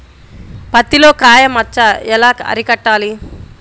పత్తిలో కాయ మచ్చ ఎలా అరికట్టాలి?